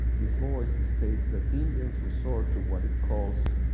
this voices states that indians resort to what it calls,